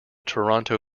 toronto